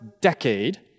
decade